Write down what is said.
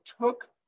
took